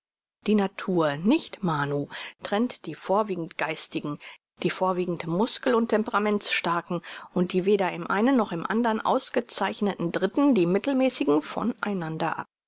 die natur nicht manu trennt die vorwiegend geistigen die vorwiegend muskel und temperaments starken und die weder im einen noch im andern ausgezeichneten dritten die mittelmäßigen von